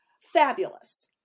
fabulous